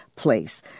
place